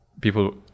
people